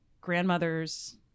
grandmother's